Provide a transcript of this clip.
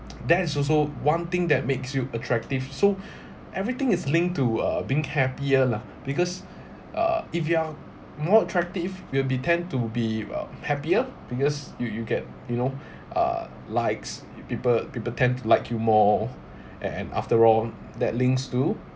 that is also one thing that makes you attractive so everything is linked to uh being happier lah because ugh if you are more attractive will be tend to be ugh happier because you you get you know uh likes people people tend to like you more and and after all that links to